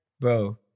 Bro